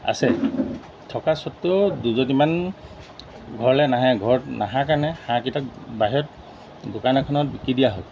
আছে থকা চৰ্তেও দুজনীমান ঘৰলৈ নাহে ঘৰত নহাৰ কাৰণে হাঁহকেইটাক বাহিৰত দোকান এখনত বিক্ৰী দিয়া হ'ল